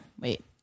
Wait